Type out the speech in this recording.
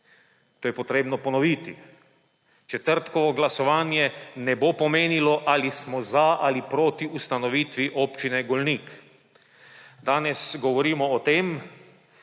To je treba ponoviti. Četrtkovo glasovanje ne bo pomenilo, ali smo za ali proti ustanovitvi Občine Golnik. Danes govorimo o tem,